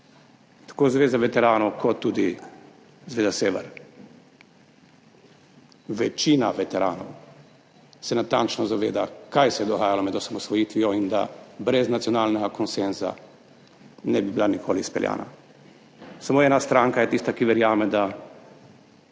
tako Zveza veteranov kot tudi Zveza Sever. Večina veteranov se natančno zaveda, kaj se je dogajalo med osamosvojitvijo in da brez nacionalnega konsenza ne bi bila nikoli izpeljana. Samo ena stranka je tista, ki verjame, da